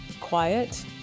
quiet